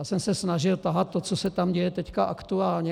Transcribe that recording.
Já jsem se snažil tahat to, co se tam děje teď aktuálně.